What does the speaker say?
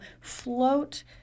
float